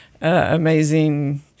amazing